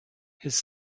his